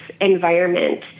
environment